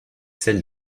celle